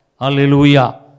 Hallelujah